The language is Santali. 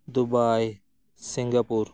Dubai Singapore